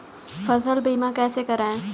फसल बीमा कैसे कराएँ?